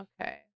Okay